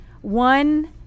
one